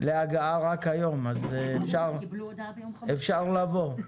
להגעה רק היום, אז אפשר לבוא.